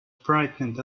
frightened